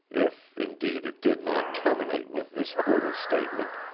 if, indeed, it did not terminate with this brutal statement,